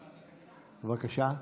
בבקשה?